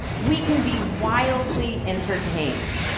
we can be wildly entertained,